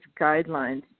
Guidelines